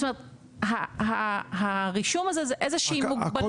זאת אומרת שהרישום הזה זו איזושהי מוגבלות.